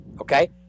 Okay